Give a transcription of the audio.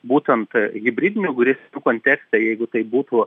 būtent hibridinių grėsmių kontekste jeigu tai būtų